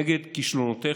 נגד כישלונותיך,